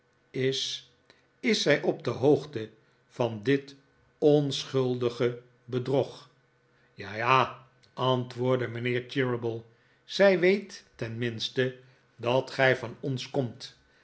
is is zij op de hoogte van dit onschuldige bedrog ja ja antwoordde mijnheer cheeryble zij weet tenminste dat gij van ons komt